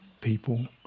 people